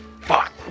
Fuck